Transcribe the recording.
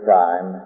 time